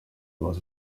vos